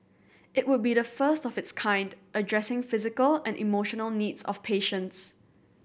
it would be the first of its kind addressing physical and emotional needs of patients